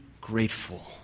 grateful